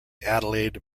adelaide